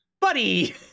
buddy